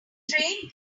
train